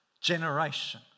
generation